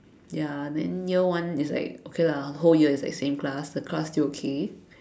ya then year one is like okay lah whole year it's like same class the class still okay